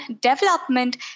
development